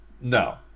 No